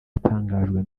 batangajwe